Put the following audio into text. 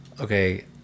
Okay